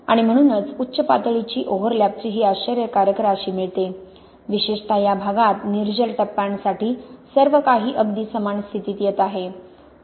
आणि म्हणूनच उच्च पातळीची ओव्हरलॅपची ही आश्चर्यकारक राशी मिळते विशेषत या भागात निर्जल टप्प्यांसाठी सर्वकाही अगदी समान स्थितीत येत आहे